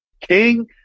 King